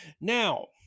Now